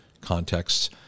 contexts